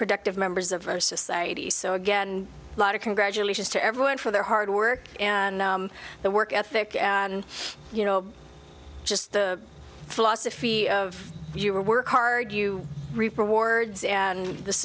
productive members of our society so again a lot of congratulations to everyone for their hard work and the work ethic and you know just the philosophy of you work hard you reap rewards and this